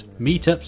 meetups